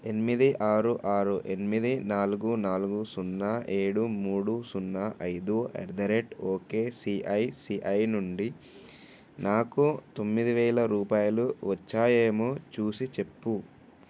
ఎనిమిది ఆరు ఆరు ఎనిమిది నాలుగు నాలుగు సున్నా ఏడు మూడు సున్నా ఐదు at the rate okay ICICI నుండి నాకు తొమ్మిది వేల రూపాయలు వచ్చాయేమో చూసి చెప్పు